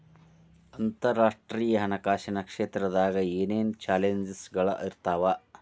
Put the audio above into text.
ಅಂತರರಾಷ್ಟ್ರೇಯ ಹಣಕಾಸಿನ್ ಕ್ಷೇತ್ರದಾಗ ಏನೇನ್ ಚಾಲೆಂಜಸ್ಗಳ ಇರ್ತಾವ